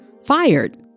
fired